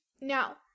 Now